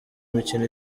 imikino